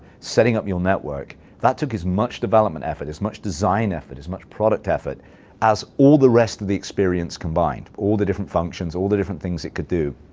setting up your network. that took as much development effort, as much design effort, as much product effort as all the rest of the experience combined, all the different functions, all the different things it could do.